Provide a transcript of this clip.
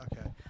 okay